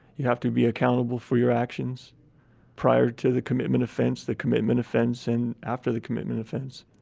you have to be accountable for your actions prior to the commitment offense, the commitment offense and after the commitment offense.